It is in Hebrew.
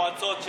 מועצות,